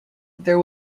there